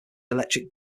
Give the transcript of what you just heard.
electric